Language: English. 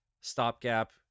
stopgap